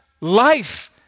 life